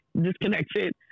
disconnected